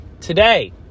Today